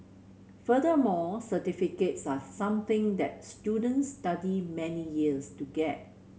furthermore certificates are something that students study many years to get